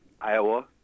Iowa